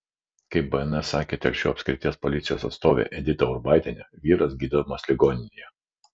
kaip bns sakė telšių apskrities policijos atstovė edita ubartienė vyras gydomas ligoninėje